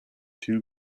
two